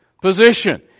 position